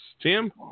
Tim